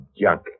junk